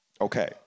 Okay